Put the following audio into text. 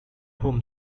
whom